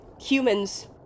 humans